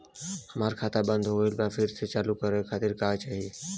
हमार खाता बंद हो गइल बा फिर से चालू करा खातिर का चाही?